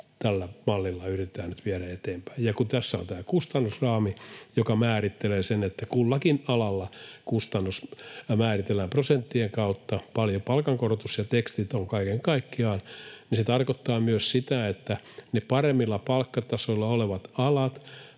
tällä mallilla yritetään nyt viedä eteenpäin. Ja kun tässä on tämä kustannusraami, joka määrittelee sen, että kullakin alalla kustannus määritellään prosenttien kautta, paljonko palkankorotus ja tekstit ovat kaiken kaikkiaan, niin se tarkoittaa myös sitä, että paremmilla palkkatasoilla olevien